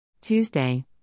Tuesday